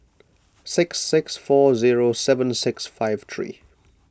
six six four zero seven six five three